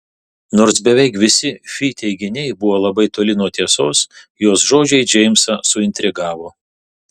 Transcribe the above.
nors beveik visi fi teiginiai buvo labai toli nuo tiesos jos žodžiai džeimsą suintrigavo